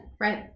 right